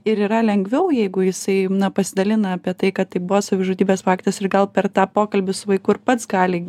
ir yra lengviau jeigu jisai pasidalina apie tai kad tai buvo savižudybės faktas ir gal per tą pokalbį su vaiku ir pats gali